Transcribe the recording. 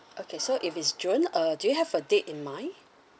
okay so if it's june uh do you have a date in mind